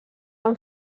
amb